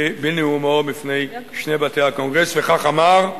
בנאומו בפני שני בתי הקונגרס, וכך אמר: